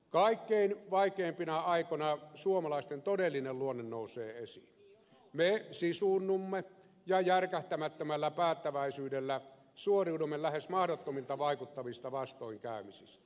kaikkein vaikeimpina aikoina suomalaisten todellinen luonne nousee esiin me sisuunnumme ja järkähtämättömällä päättäväisyydellä suoriudumme lähes mahdottomilta vaikuttavista vastoinkäymisistä